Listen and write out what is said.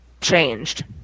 changed